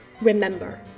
Remember